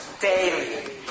daily